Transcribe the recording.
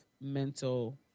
mental